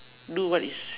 do what is